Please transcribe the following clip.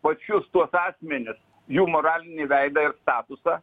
pačius tuos asmenis jų moralinį veidą ir statusą